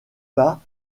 pas